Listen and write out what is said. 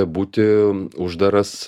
būti uždaras